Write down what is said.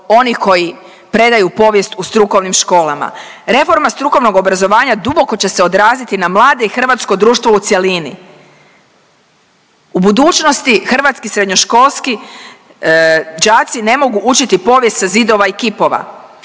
onih koji predaju povijest u strukovnim školama. Reforma strukovnog obrazovanja duboko će se odraziti na mlade i hrvatsko društvo u cjelini. U budućnosti hrvatski srednjoškolski džaci ne mogu učiti povijest sa zidova i kipova.